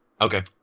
Okay